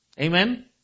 Amen